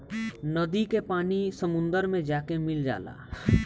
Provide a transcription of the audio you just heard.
नदी के पानी समुंदर मे जाके मिल जाला